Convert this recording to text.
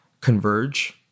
converge